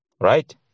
Right